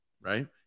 right